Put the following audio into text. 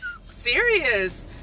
Serious